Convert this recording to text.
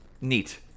Neat